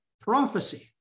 prophecy